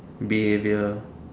behavior